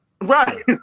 Right